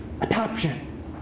Adoption